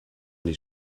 die